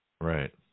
Right